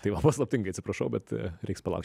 tai va paslaptingai atsiprašau bet reiks palaukt